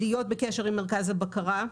להיות בקשר עם מרכז הבקרה,